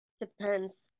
Depends